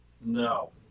No